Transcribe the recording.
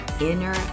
inner